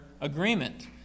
Agreement